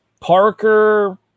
Parker